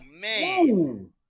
man